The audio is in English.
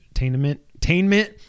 Entertainment